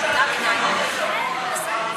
למה עזרת לפנות את עמונה בפעם הראשונה?